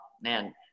Man